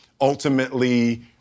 ultimately